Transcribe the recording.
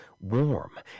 warm